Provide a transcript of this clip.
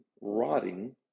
rotting